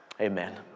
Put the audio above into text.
Amen